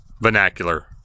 vernacular